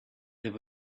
there